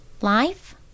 Life